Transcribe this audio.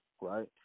right